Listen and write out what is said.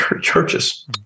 churches